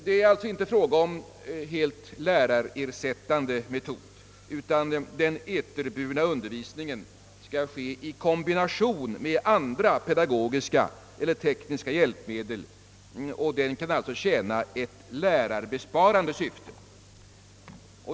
Det är alltså inte fråga om någon helt lärarersättande metod, utan den eterbundna undervisningen skall ske i kombination med andra pedagogiska eller tekniska hjälpmedel, och den kan alltså enbart tjäna ett lärarbesparande syfte.